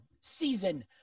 season